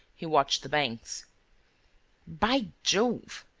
he watched the banks by jove!